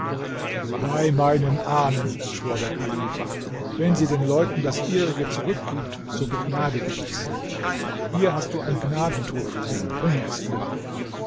bei meinen ahnen schwor der kalif wenn sie den leuten das ihrige zurückgibt so begnadige ich sie hier hast du ein gnadentuch für sie bringe es ihr